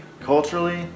culturally